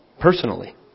personally